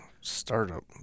startup